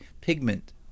pigment